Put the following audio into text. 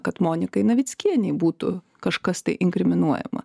kad monikai navickienei būtų kažkas tai inkriminuojama